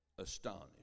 Astonished